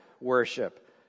worship